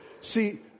See